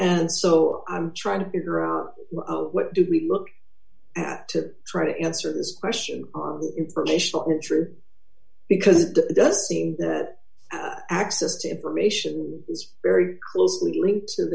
and so i'm trying to figure out what do we look at to try to answer this question informational untrue because it does seem that access to information is very closely linked